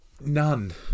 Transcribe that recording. None